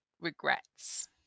regrets